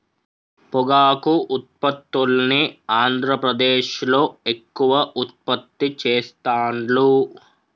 పొగాకు ఉత్పత్తుల్ని ఆంద్రప్రదేశ్లో ఎక్కువ ఉత్పత్తి చెస్తాండ్లు